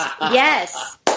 Yes